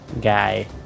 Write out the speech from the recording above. guy